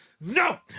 no